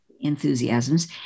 enthusiasms